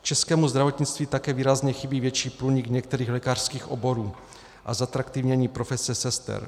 Českému zdravotnictví také výrazně chybí větší průnik některých lékařských oborů a zatraktivnění profese sester.